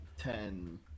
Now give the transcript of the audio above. Ten